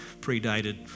predated